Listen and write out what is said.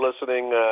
listening